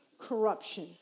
corruption